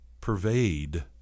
pervade